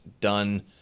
done